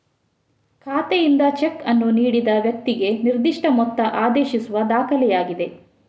ಖಾತೆಯಿಂದ ಚೆಕ್ ಅನ್ನು ನೀಡಿದ ವ್ಯಕ್ತಿಗೆ ನಿರ್ದಿಷ್ಟ ಮೊತ್ತ ಆದೇಶಿಸುವ ದಾಖಲೆಯಾಗಿದೆ